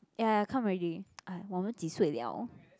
ya come already uh 我们几岁 [liao]